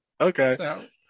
Okay